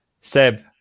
Seb